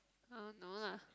uh no lah